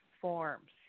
forms